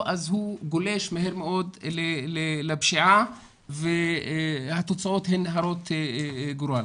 הוא גולש מהר מאוד לפשיעה והתוצאות הן הרות גורל.